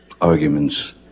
Arguments